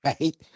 right